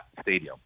stadium